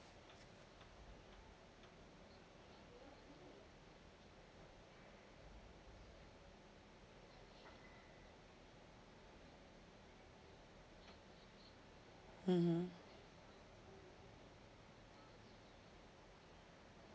mmhmm